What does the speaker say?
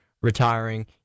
retiring